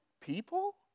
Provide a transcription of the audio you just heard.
people